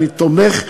אני תומך,